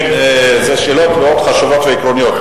כן, זה שאלות מאוד חשובות ועקרוניות.